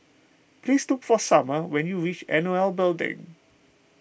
please look for Sumner when you reach N O L Building